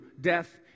death